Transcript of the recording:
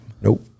Nope